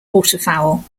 waterfowl